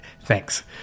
thanks